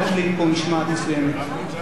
בבקשה, אפשר להמשיך.